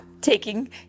taking